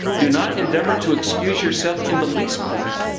do not endeavor to excuse yourself in the least point.